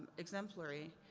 exemplary.